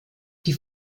die